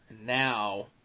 Now